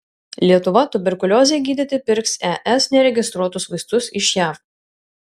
lietuva tuberkuliozei gydyti pirks es neregistruotus vaistus iš jav